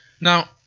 Now